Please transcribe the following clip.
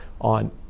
on